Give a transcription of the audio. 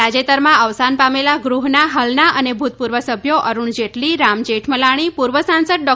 તાજેતરમાં અવસાન પામેલા ગૃહના હાલના અને ભૂતપૂર્વ સભ્યો અરૂણ જેટલી રામ જેઠમલાણી પૂર્વ સાંસદ ડો